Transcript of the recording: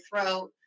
throat